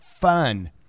fun